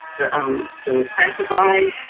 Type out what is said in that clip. the um classified,